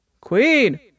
Queen